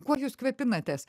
kuo jūs kvėpinatės